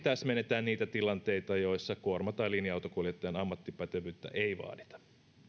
täsmennetään niitä tilanteita joissa kuorma tai linja autonkuljettajan ammattipätevyyttä ei vaadita